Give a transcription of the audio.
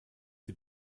sie